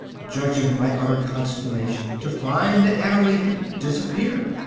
judge of my utter consternation to find that annerly had disappeared.